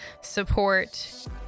support